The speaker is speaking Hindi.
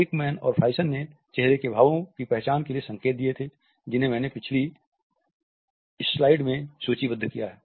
एकमैन और फ्राइसन ने चेहरे के भावों की पहचान के लिए संकेत दिए थे जिन्हें मैंने पिछली स्लाइड में सूचीबद्ध किया है